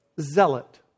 zealot